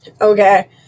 Okay